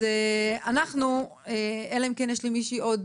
אז אנחנו, אלא אם כן יש למישהי עוד